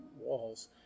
walls